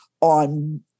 on